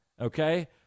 okay